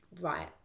right